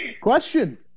Question